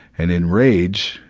and in rage,